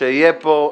שיהיה פה.